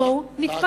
בואו נתפכח.